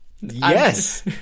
Yes